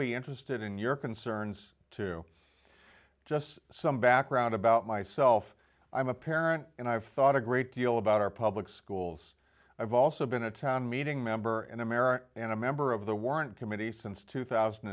be interested in your concerns too just some background about myself i'm a parent and i've thought a great deal about our public schools i've also been a town meeting member in america and a member of the warrant committee since two